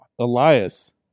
Elias